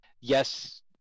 yes